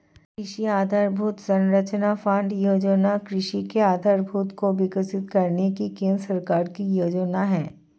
कृषि आधरभूत संरचना फण्ड योजना कृषि के आधारभूत को विकसित करने की केंद्र सरकार की योजना है